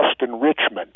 enrichment